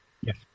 Yes